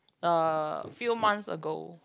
uh few months ago